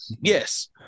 Yes